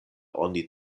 oni